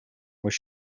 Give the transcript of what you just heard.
was